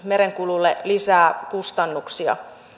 merenkululle lisää kustannuksia